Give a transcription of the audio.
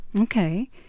Okay